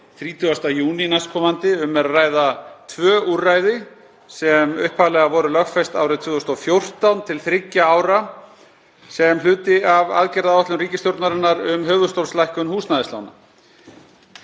30. júní nk. Um er að ræða tvö úrræði sem upphaflega voru lögfest árið 2014 til þriggja ára sem hluti af aðgerðaáætlun ríkisstjórnarinnar um höfuðstólslækkun húsnæðislána.